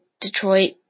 Detroit